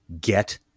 Get